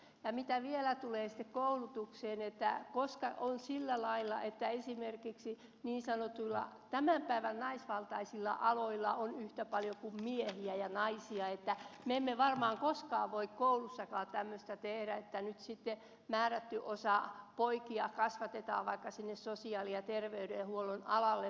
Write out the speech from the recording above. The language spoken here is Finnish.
ja mitä vielä tulee sitten koulutukseen on sillä lailla että vaikka tavoite olisi että esimerkiksi tämän päivän niin sanotuilla naisvaltaisilla aloilla olisi yhtä paljon miehiä kuin naisia me emme varmaan koskaan voi koulussakaan tehdä niin että nyt sitten määrätty osa poikia kasvatetaan vaikka sinne sosiaali ja terveydenhuollon alalle